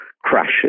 crashes